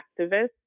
activists